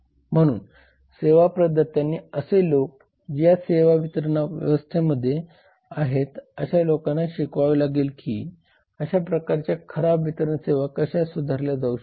म्हणून सेवा प्रदात्यांनी असे लोक जे या सेवा वितरण व्यवस्थेमध्ये आहेत अशा लोकांना शिकवावे लागले की अशा प्रकरच्या खराब वितरण सेवा कशा सुधारल्या जाऊ शकतात